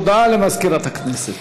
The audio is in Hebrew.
הודעה למזכירת הכנסת.